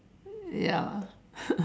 ya lah